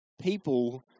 people